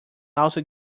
also